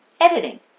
Editing